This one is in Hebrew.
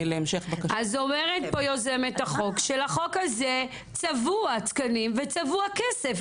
אומרת יוזמת החוק שלחוק הזה צבועים תקנים וצבוע כסף.